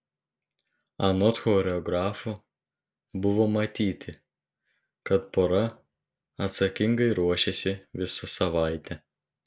anot choreografo buvo matyti kad pora atsakingai ruošėsi visą savaitę